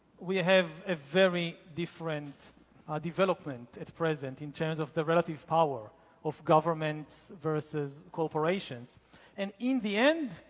we have a very different development at present in terms of the relative power of governments versus corporations and in the end,